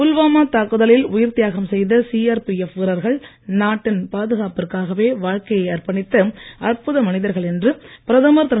புல்வாமா தாக்குதலில் உயிர்த் தியாகம் செய்த சிஆர்பிஎப் வீரர்கள் நாட்டின் பாதுகாப்பிற்காகவே வாழ்க்கையை அர்ப்பணித்த அற்புத மனிதர்கள் என்று பிரதமர் திரு